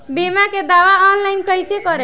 बीमा के दावा ऑनलाइन कैसे करेम?